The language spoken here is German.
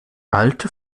alte